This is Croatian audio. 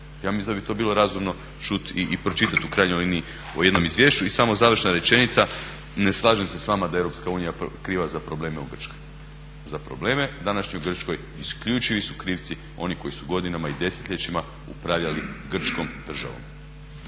Ja mislim da bi to bilo razumno čuti i pročitati u krajnjoj liniji u jednom izvješću. I samo završna rečenica. Ne slažem se sa vama da je EU kriva za probleme u Grčkoj. Za probleme u današnjoj Grčkoj isključivi su krivci oni koji su godinama i desetljećima upravljali grčkom državom.